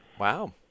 wow